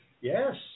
Yes